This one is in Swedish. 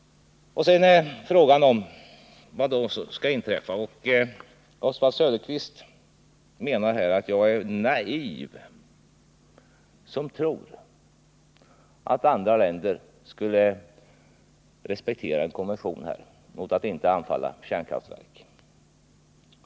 Sedan till frågan om vad som kan inträffa i händelse av krig. Oswald Söderqvist säger att jag är naiv som tror att andra länder skulle respektera en konvention om att inte anfalla kärnkraftverk.